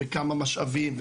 וכמה משאבים,